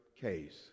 case